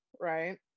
right